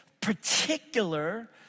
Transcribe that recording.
particular